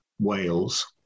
Wales